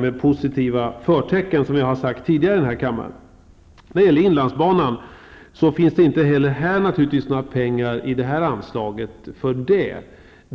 med positiva förtecken, som jag sagt tidigare här i kammaren. När det gäller inlandsbanan finns det inte heller där några pengar i det här anslaget.